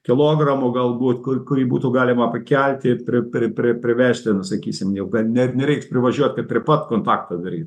kilogramų galbūt kur kurį būtų galima pakelti ir pri pri pri privežti na sakysim jau kad net nereiks privažiuot kad prie pat kontaktą daryt